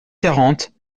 quarante